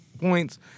points